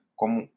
como